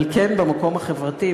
אבל כן במקום החברתי,